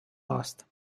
lost